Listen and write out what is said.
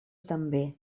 també